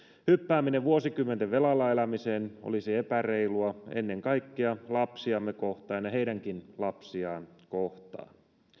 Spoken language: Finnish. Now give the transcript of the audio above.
hyppääminen vuosikymmenten velalla elämiseen olisi epäreilua ennen kaikkea lapsiamme kohtaan ja heidänkin lapsiaan kohtaan